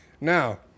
Now